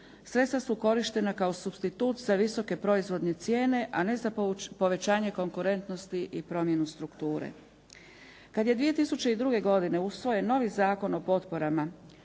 sredstva su korištena kao supstitut za visoke proizvodne cijene a ne za povećanje konkurentnosti i promjenu strukture. Kad je 2002. godine usvojen novi Zakon o potporama